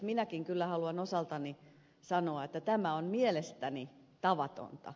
minäkin kyllä haluan osaltani sanoa että tämä on mielestäni tavatonta